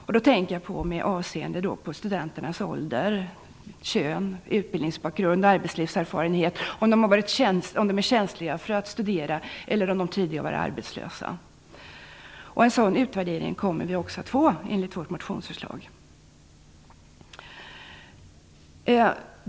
Jag tänker då på studenternas ålder, kön, utbildningsbakgrund, arbetslivserfarenhet och om de är tjänstlediga för att studera eller om de tidigare varit arbetslösa. En sådan utvärdering kommer också att göras, enligt vårt motionsförslag.